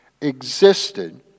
existed